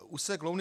Úsek Louny